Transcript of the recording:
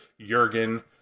Jurgen